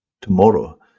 tomorrow